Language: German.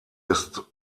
ist